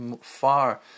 far